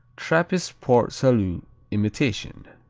trappist port-salut imitation.